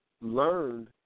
learned